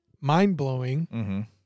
mind-blowing